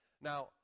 Now